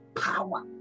Power